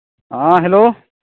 ᱦᱮᱸ ᱦᱮᱞᱳ